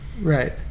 Right